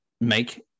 make